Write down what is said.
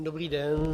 Dobrý den.